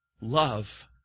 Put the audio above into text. Love